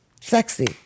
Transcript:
Sexy